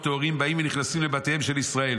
טהורים באים ונכנסים לבתיהם של ישראל,